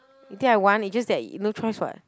you think I want it's just that no choice [what]